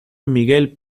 miguel